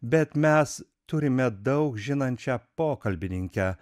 bet mes turime daug žinančią pokalbininkę